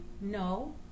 No